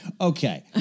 Okay